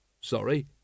Sorry